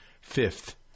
fifth